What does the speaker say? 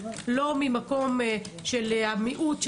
לא ממקום של המיעוט,